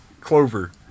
Clover